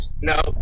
No